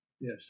Yes